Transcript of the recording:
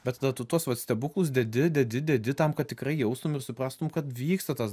bet tada tu tuos vat stebuklus dedi dedi dedi tam kad tikrai jaustum ir suprastum kad vyksta tas